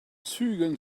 zügeln